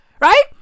Right